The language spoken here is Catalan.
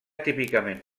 típicament